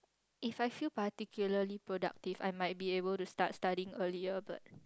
if I feel particularly productive I might be able to start studying earlier but